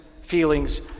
feelings